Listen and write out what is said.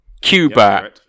Cuba